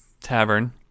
Tavern